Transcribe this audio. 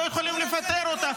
לא יכולים לפטר אותה,